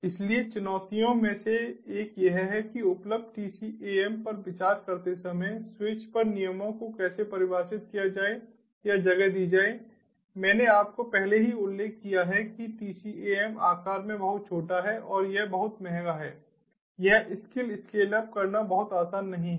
इसलिए चुनौतियों में से एक यह है कि उपलब्ध TCAM पर विचार करते समय स्विच पर नियमों को कैसे परिभाषित किया जाए या जगह दी जाए मैंने आपको पहले ही उल्लेख किया है कि TCAM आकार में बहुत छोटा है और यह बहुत महंगा है यह स्किल स्केल अप करना बहुत आसान नहीं है